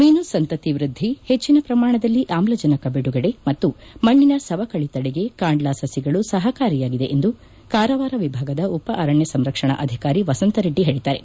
ಮೀನು ಸಂತತಿ ವೃದ್ದಿ ಹೆಚ್ಚಿನ ಪ್ರಮಾಣದಲ್ಲಿ ಆಮ್ಲಜನಕ ಬಿಡುಗಡೆ ಮತ್ತು ಮಣ್ಣಿನ ಸವಕಳಿ ತದೆಗೆ ಕಾಂಡ್ಲಾ ಸಸಿಗಳು ಸಹಕಾರಿಯಾಗಿದೆ ಎಂದು ಕಾರವಾರ ವಿಭಾಗದ ಉಪ ಅರಣ್ಯ ಸಂರಕ್ಷಣಾಧಿಕಾರಿ ವಸಂತ ರೆಡ್ಡಿ ಹೇಳಿದ್ದಾರೆ